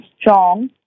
strong